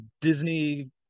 Disney